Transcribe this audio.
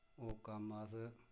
ओह् कम्म अस